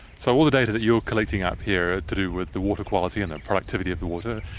so all the data that you are collecting up here to do with the water quality and the productivity of the water,